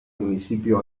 municipio